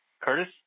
Curtis